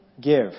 give